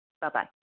Bye-bye